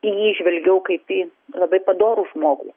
į jį žvelgiau kaip į labai padorų žmogų